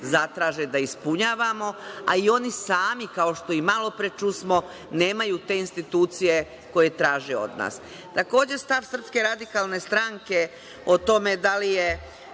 zatraže, da ispunjavamo. A i oni sami, kao što i malo pre čusmo, nemaju te institucije koje traže od nas. Stav Srpske radikalne stranke o tome da li se